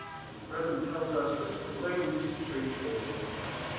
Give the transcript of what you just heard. and if the president tells us there was a way we used to treat traitors and spies.